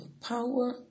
power